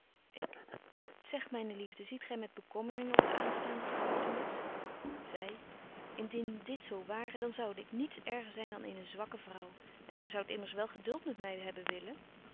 ik zeg myne liefde ziet gy met bekommering op de aanstaande gebeurtenis zy indien dit zo ware dan zoude ik niets erger zyn dan eene zwakke vrouw en gy zoudt immers wel geduld met my hebben willen